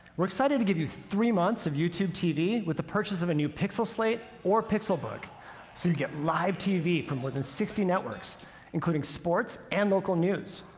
we're excited to give you three months of youtube tv with the purchase of a new pixel slate or pixelbook so you get live tv from more than sixty networks including sports and local news.